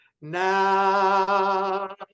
now